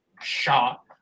shot